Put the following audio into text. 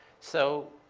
so